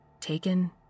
Taken